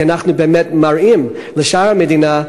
כי אנחנו באמת מראים לשאר המדינה,